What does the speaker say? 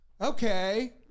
okay